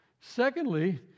Secondly